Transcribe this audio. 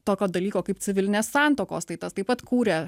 tokio dalyko kaip civilinės santuokos tai tas taip pat kūrė